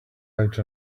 out